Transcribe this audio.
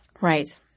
right